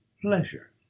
pleasure